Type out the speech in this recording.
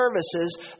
services